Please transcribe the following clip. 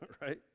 right